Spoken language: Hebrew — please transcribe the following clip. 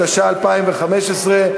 התשע"ה 2015,